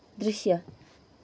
दृश्य